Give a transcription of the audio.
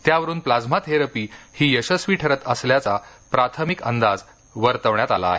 त्यावरून plasma therapy ही यशस्वी ठरत असल्याचा प्राथमिक अंदाज वर्तविण्यात आला आहे